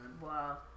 Wow